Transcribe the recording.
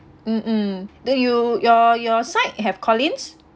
mm mm do you your your side have collin's